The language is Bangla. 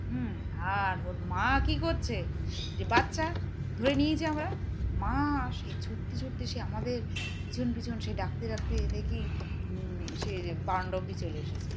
হুম আর ওর মা কী করছে যে বাচ্চা ধরে নিয়েছি আমরা মা সে ছুটতে ছুটতে সে আমাদের পিছন পিছন সে ডাকতে ডাকতে দেখি সে বারাণ্ডা অব্দি চলে এসেছে